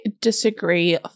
disagree